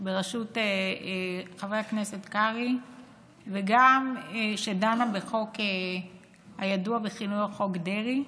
בראשות חבר הכנסת קרעי שדנה בחוק הידוע בכינויו חוק דרעי,